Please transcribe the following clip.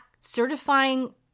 certifying